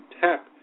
tap